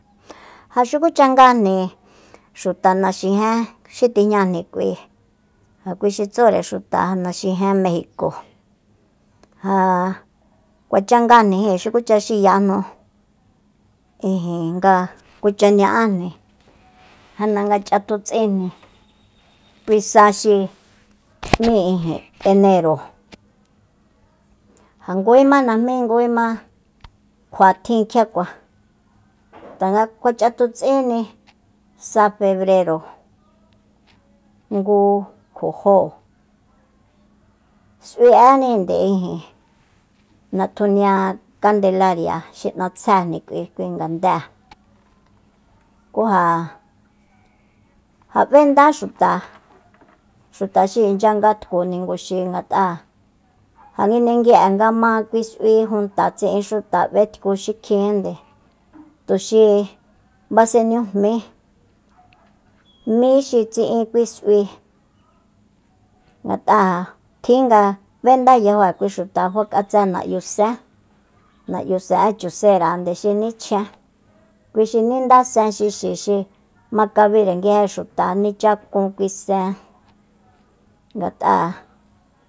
Ja xukucha ngajni xuta naxijen xi tijñajni k'ui ja kui xi tsure xuta naxijen mejico ja kucha ngajni jin xukucha xiyajnu ijin nga kucha ña'ájni janda nga ch'atuts'injni kui sa xi m'í enero ja ngújíma najmí ngujíma kjua tjin kjiakua tanga kjuach'atuts'íni sa febrero ngu kjo jóo s'ui'éninde ijin natjunia kandelaria xi natsjéni kui ngandée ku ja jab'endá xuta xuta xi inchya ngatku niguxi ngat'a nga nguindegui'e nga ma kui s'ui tjun junta tsi'in xuta b'etku xikjinde tuxi basenejmi mí xi tsi'in kui s'ui ngat'a tjin nga b'enda yajó'e kui xuta fa k'atse na'yu sen na'yusen'e chusera xi nichjen kui xi ninda sen xixi xi makabire nguije xuta nichakun kui sen ngat'a